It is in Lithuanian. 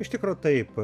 iš tikro taip